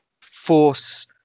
force